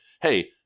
hey